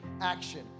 Action